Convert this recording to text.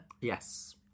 Yes